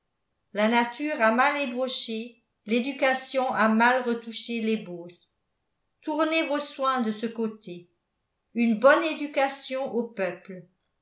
la nature a mal ébauché l'éducation a mal retouché l'ébauche tournez vos soins de ce côté une bonne éducation au peuple